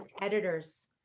editors